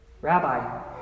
Rabbi